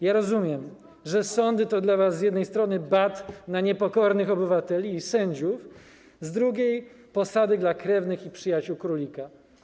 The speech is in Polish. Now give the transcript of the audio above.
Ja rozumiem, że sądy to dla was, z jednej strony, bat na niepokornych obywateli i sędziów, z drugiej strony, posady dla krewnych i przyjaciół królika.